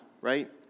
right